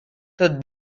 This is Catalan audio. tot